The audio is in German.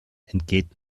entgeht